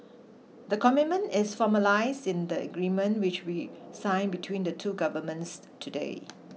the commitment is formalised in the agreement which we signed between the two governments today